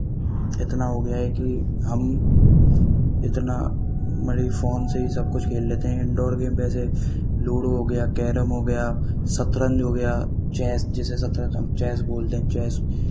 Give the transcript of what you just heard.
इतना हो गया है कि हम इतना मतलब फ़ोन से ही सब कुछ खेल लेते हैं इनडोर गेम वैसे लूडो हो गया कैरम हो गया शतरंज हो गया चेस जिसे शतरंज हम चेस बोल दें चेस